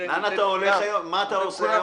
מה אתה עושה היום?